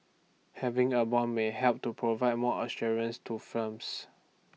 having A Bond may help to provide more assurance to firms